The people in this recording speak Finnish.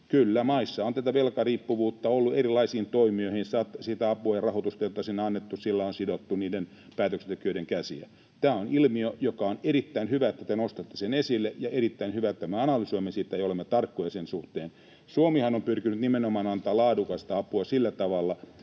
Kyllä, maissa on ollut velkariippuvuutta erilaisille toimijoille siitä avusta ja rahoituksesta, joita sinne on annettu, ja sillä on sidottu päätöksentekijöiden käsiä. On erittäin hyvä, että te nostatte tämän ilmiön esille, ja on erittäin hyvä, että me analysoimme sitä ja olemme tarkkoja sen suhteen. Suomihan on pyrkinyt nimenomaan antamaan laadukasta apua sillä tavalla,